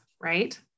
right